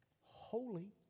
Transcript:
Holy